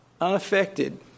unaffected